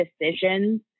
decisions